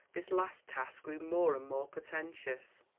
this last task grew more and more portentous.